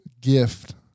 gift